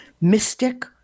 mystic